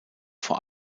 vor